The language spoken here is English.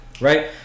right